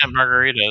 margaritas